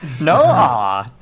No